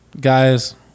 Guys